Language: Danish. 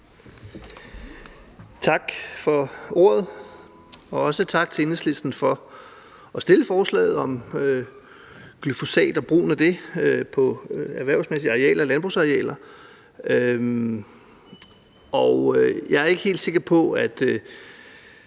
Tak for ordet, og også tak til Enhedslisten for at fremsætte forslaget om glyfosat og brugen af det på erhvervsmæssige arealer, landbrugsarealer. Jeg er ikke helt sikker på –